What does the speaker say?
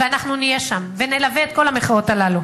ואנחנו נהיה שם, ונלווה את כל המחאות האלה.